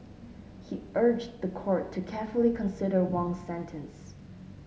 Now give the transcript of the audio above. he urged the court to carefully consider Wang's sentence